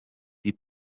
die